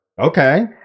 Okay